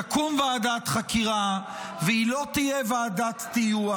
תקום ועדת חקירה, והיא לא תהיה ועדת טיוח.